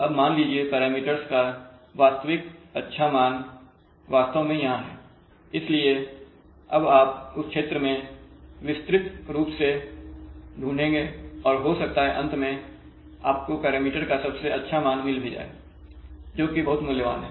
अब मान लीजिए पैरामीटर्स का वास्तविक अच्छा मान वास्तव में यहां है इसलिए आप उस क्षेत्र में विस्तृत रूप से ढूंढेंगे और हो सकता है अंत में आपको पैरामीटर का सबसे अच्छा मान मिल भी जाए जोकि बहुत मूल्यवान है